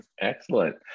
Excellent